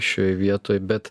šioj vietoj bet